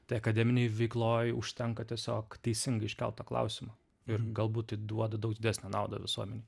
tai akademinėj veikloj užtenka tiesiog teisingai iškelto klausimo ir galbūt tai duoda daug didesnę naudą visuomenei